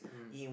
mm